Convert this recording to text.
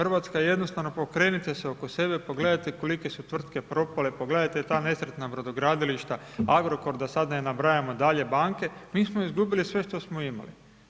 RH jednostavno pokrenite se oko sebe, pogledajte kolike su tvrtke propale, pogledajte ta nesretna brodogradilišta, Agrokor, da sad ne nabrajamo dalje banke, mi smo izgubili sve što smo imali.